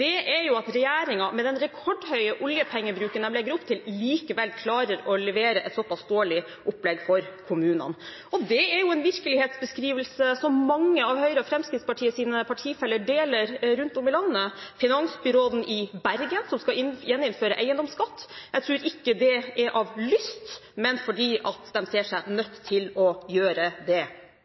er at regjeringen, med den rekordhøye oljepengebruken den legger opp til, likevel klarer å levere et såpass dårlig opplegg for kommunene. Det er en virkelighetsbeskrivelse som mange av Høyres og Fremskrittspartiets partifeller rundt om i landet deler. Finansbyråden i Bergen skal gjeninnføre eiendomsskatt. Jeg tror ikke det skjer av lyst, men fordi man ser seg nødt til å gjøre det.